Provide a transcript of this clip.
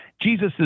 Jesus